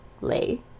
lay